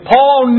Paul